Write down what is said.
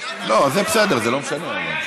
זה בסדר, זה לא משנה.